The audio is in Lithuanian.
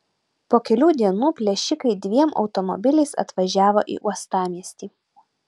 po kelių dienų plėšikai dviem automobiliais atvažiavo į uostamiestį